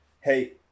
Hey